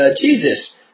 Jesus